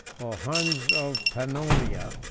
or huns of pannonia,